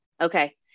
Okay